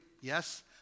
Yes